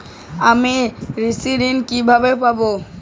আমি স্বর্ণঋণ কিভাবে পাবো?